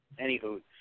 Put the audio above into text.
anywho